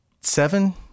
seven